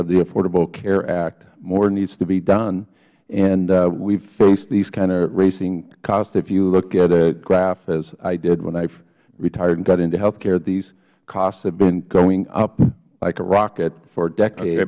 of the affordable care act more needs to be done and we have faced these kind of racing costs if you look at a graph as i did when i retired and got into health care these costs have been going up like a rocket for decades